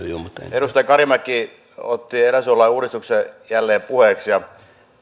edustaja karimäki otti eläinsuojelulain uudistuksen jälleen puheeksi ja erityisesti